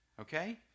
Okay